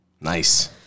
nice